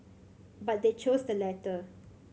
but they chose the latter